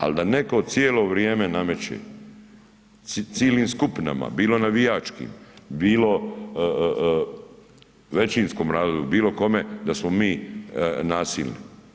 Ali da netko cijelo vrijeme nameće, ciljnim skupinama, bilo navijačkim, bilo većinskom narodu, bilo kome da smo mi nasilni.